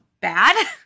bad